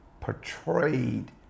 portrayed